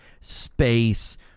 space